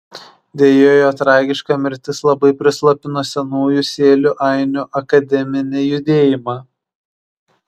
deja jo tragiška mirtis labai prislopino senųjų sėlių ainių akademinį judėjimą